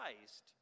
Christ